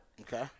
Okay